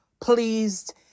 pleased